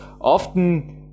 often